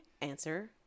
answer